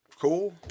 Cool